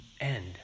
end